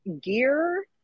gear